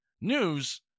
news